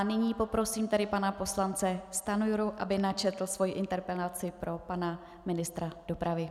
Nyní poprosím pana poslance Stanjuru, aby načetl svoji interpelaci pro pana ministra dopravy.